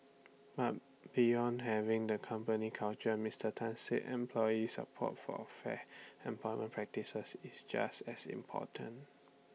but beyond having the company culture Mister Tan said employee support for fair employment practices is just as important